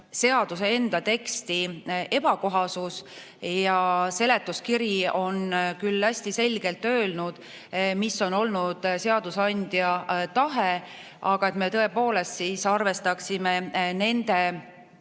jäänud üks ebakohasus. Seletuskirjas on küll hästi selgelt öeldud, mis on olnud seadusandja tahe, aga me tõepoolest arvestaksime nende